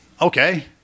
Okay